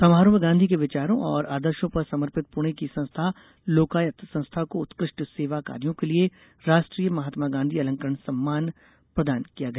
समारोह में गांधी के विचारों और आदर्शो पर समर्पित पुणे की संस्था लोकायत संस्था को उत्कृष्ट सेवा कार्यों के लिए राष्ट्रीय महात्मा गांधी अलंकरण सम्मान प्रदान किया गया